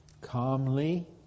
calmly